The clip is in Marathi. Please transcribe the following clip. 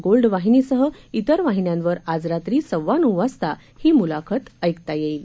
गोल्ड वाहिनीसह इतर वाहिन्यांवर आज रात्री सव्वानऊ वाजता ही म्लाखत ऐकता येईल